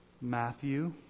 Matthew